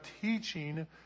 teaching